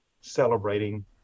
celebrating